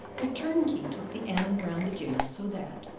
the turnkey took the animal round the jail, so that,